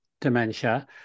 dementia